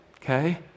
Okay